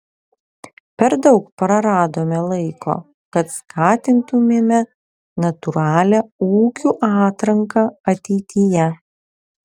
per daug praradome laiko kad skatintumėme natūralią ūkių atranką ateityje